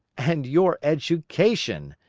and your education!